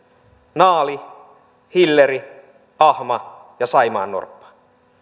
naali hilleri ahma ja saimaannorppa